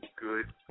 good